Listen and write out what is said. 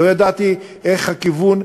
לא ידעתי מה הכיוון,